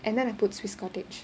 and then I put swiss cottage